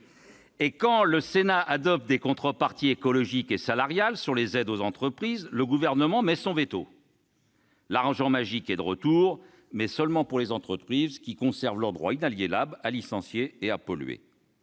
Quand le Sénat adopte des contreparties écologiques et salariales sur les aides aux entreprises, le Gouvernement met son veto. L'argent magique est de retour, mais seulement pour les entreprises, qui conservent leur droit inaliénable à licencier et à polluer.